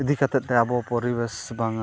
ᱤᱫᱤᱠᱟᱛᱮᱫᱛᱮ ᱟᱵᱚ ᱯᱚᱨᱤᱵᱮᱥ ᱵᱟᱝᱟ